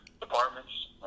departments